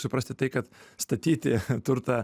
suprasti tai kad statyti turtą